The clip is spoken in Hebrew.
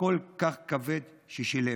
הכל-כך כבד ששילם.